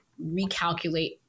recalculate